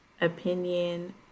opinion